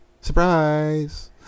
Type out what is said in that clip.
Surprise